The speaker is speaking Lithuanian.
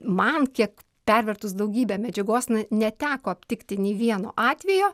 man kiek pervertus daugybę medžiagos na neteko aptikti nei vieno atvejo